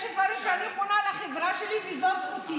יש דברים שאני פונה לחברה שלי, וזו זכותי.